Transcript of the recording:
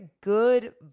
good